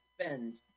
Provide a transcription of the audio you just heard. spend